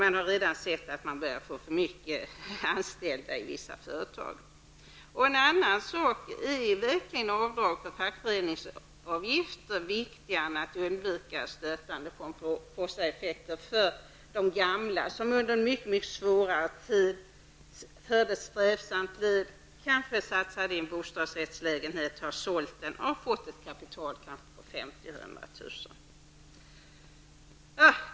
I vissa företag har man redan upptäckt att det finns för många anställda. Är verkligen avdrag för fackföreningsavgifter viktigare än att undvika stötande Pomperipossaeffekter för de gamla som under svåra tider förde ett strävsamt liv? De satsade kanske på en bostadsrättslägenhet, sålde den senare och fick ett kapital på 50 000--100 000 kr.